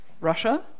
Russia